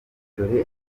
dore